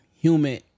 human